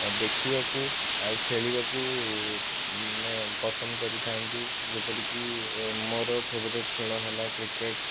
ଦେଖିବାକୁ ଆଉ ଖେଳିବାକୁ ମାନେ ପସନ୍ଦ କରିଥାଆନ୍ତି ଯେପରିକି ମୋର ଫେବ୍ରେଟ୍ ଖେଳ ହେଲା କ୍ରିକେଟ୍